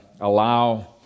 allow